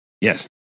Yes